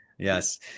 Yes